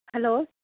hello